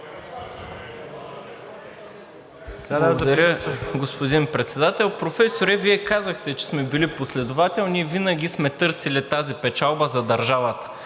господин Председател. Професоре, Вие казахте, че сме били последователни и винаги сме търсили тази печалба за държавата